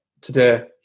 today